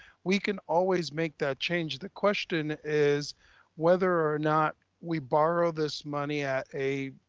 we can always make that change. the question is whether or not we borrow this money at a